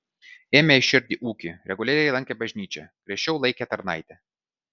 ėmė į širdį ūkį reguliariai lankė bažnyčią griežčiau laikė tarnaitę